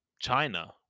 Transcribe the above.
China